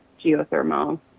geothermal